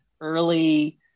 early